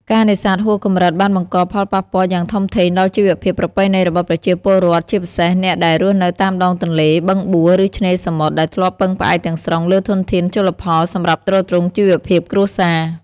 ការនេសាទហួសកម្រិតបានបង្កផលប៉ះពាល់យ៉ាងធំធេងដល់ជីវភាពប្រពៃណីរបស់ប្រជាពលរដ្ឋ ជាពិសេសអ្នកដែលរស់នៅតាមដងទន្លេ បឹងបួ ឬឆ្នេរសមុទ្រ ដែលធ្លាប់ពឹងផ្អែកទាំងស្រុងលើធនធានជលផលសម្រាប់ទ្រទ្រង់ជីវភាពគ្រួសារ។